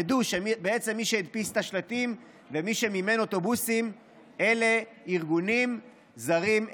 תדעו שבעצם מי שהדפיס את השלטים ומי שמימן אוטובוסים אלה ארגונים זרים,